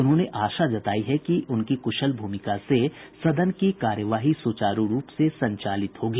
उन्होंने आशा जतायी है कि उनकी कुशल भूमिका से सदन की कार्यवाही सुचारू रूप से संचालित होगी